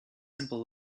simple